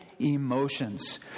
emotions